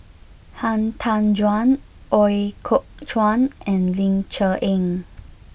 Han Tan Juan Ooi Kok Chuen and Ling Cher Eng